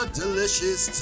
delicious